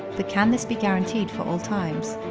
but can this be guaranteed for all times?